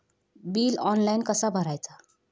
Bill online कसा भरायचा?